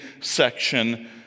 section